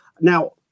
Now